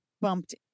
bumped